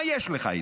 מה יש לך איתו?